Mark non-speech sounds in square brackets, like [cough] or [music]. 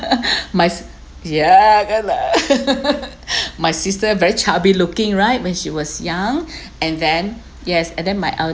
[laughs] [breath] my yeah kan lah [laughs] [breath] my sister very chubby looking right when she was young [breath] and then yes and then my